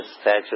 statue